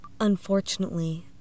Unfortunately